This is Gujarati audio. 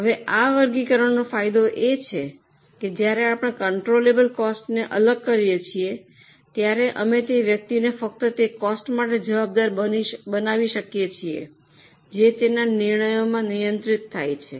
હવે આ વર્ગીકરણનો ફાયદો એ છે કે જ્યારે આપણે કન્ટ્રોલબલ કોસ્ટને અલગ કરીએ છીએ ત્યારે અમે તે વ્યક્તિને ફક્ત તે કોસ્ટ માટે જવાબદાર બનાવી શકીએ છીએ જે તેના નિર્ણયોમાં નિયંત્રિત થાય છે